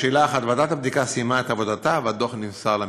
לשאלה 1: ועדת הבדיקה סיימה את עבודתה והדוח נמסר למשפחה.